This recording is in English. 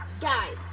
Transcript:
guys